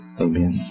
Amen